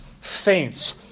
faints